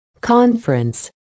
conference